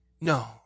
no